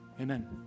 amen